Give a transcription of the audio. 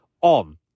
on